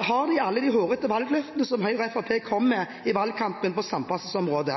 har vi alle de hårete valgløftene som Høyre og Fremskrittspartiet kom med i valgkampen på samferdselsområdet.